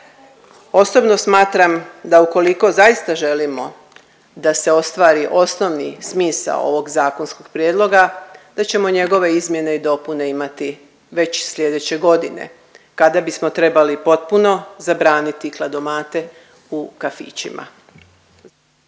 Osobno smatram da ukoliko zaista želimo da se ostvari osnovni smisao ovog zakonskog prijedloga da ćemo njegove izmjene i dopune imati već slijedeće godine kada bismo trebali potpuno zabraniti kladomate u kafićima.